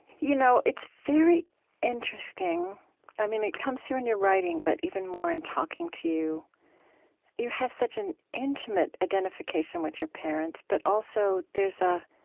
you know it's very interesting i mean it comes through in your writing, but even more in talking to you you have such an intimate identification with your parents. but also, there's a